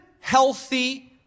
healthy